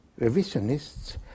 revisionists